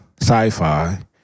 sci-fi